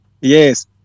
yes